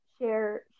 share